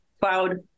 cloud